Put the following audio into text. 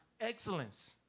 excellence